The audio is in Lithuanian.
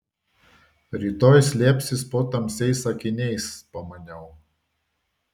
rytoj slėpsis po tamsiais akiniais pamaniau